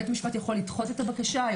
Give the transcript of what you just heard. הוא יכול לדחות א הבקשה,